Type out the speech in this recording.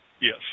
Yes